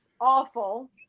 awful